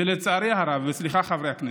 ולצערי הרב, סליחה, חברי הכנסת,